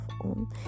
on